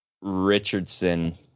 Richardson